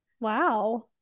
Wow